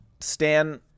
Stan